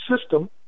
system